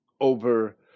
Over